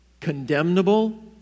condemnable